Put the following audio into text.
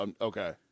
Okay